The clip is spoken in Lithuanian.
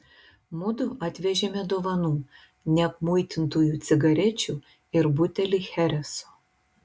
mudu atvežėme dovanų neapmuitintųjų cigarečių ir butelį chereso